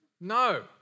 No